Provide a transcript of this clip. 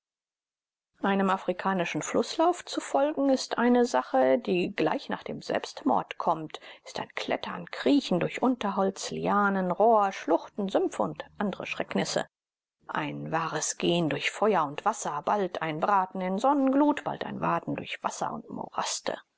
einem afrikanischen flußlauf zu folgen ist eine sache die gleich nach dem selbstmord kommt ist ein klettern kriechen durch unterholz lianen rohr schluchten sümpfe und andre schrecknisse ein wahres gehen durch feuer und wasser bald ein braten in sonnenglut bald ein waten durch wasser und moraste